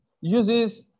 uses